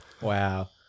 Wow